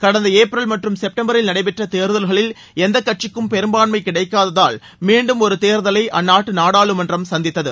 கடந்த ஏப்ரல் மற்றும் செப்டம்பரில் நடைபெற்ற தேர்தல்களில் எந்த கட்சிக்கும் பெரும்பான்மை கிடைக்காததால் மீண்டும் ஒரு தேர்தலை அந்நாட்டு நாடாளுமன்றம் சந்தித்தது